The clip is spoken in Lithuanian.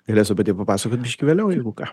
galėsiu apie tai papasakot biškį vėliau jeigu ką